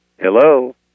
hello